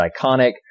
iconic